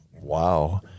wow